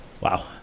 Wow